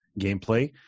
gameplay